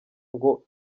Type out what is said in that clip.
ngo